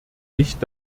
nicht